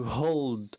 hold